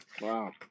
Wow